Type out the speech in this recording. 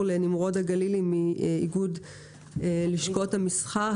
לנמרוד הגלילי מאיגוד לשכות המסחר.